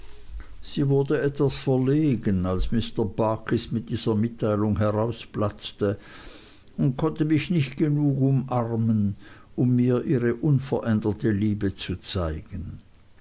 sie wurde etwas verlegen als mr barkis mit dieser mitteilung herausplatzte und konnte mich nicht genug umarmen um mir ihre unveränderte liebe zu zeigen